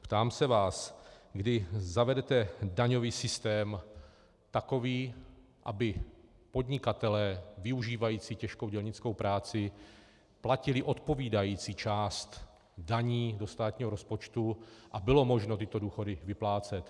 Ptám se vás, kdy zavedete daňový systém takový, aby podnikatelé využívající těžkou dělnickou práci platili odpovídající část daní do státního rozpočtu a bylo možno tyto důchodu vyplácet.